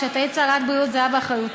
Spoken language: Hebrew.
כשאת היית שרת בריאות זה היה באחריותך,